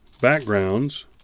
backgrounds